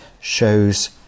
shows